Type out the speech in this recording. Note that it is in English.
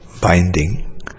binding